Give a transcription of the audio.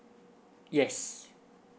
yes